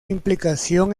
implicación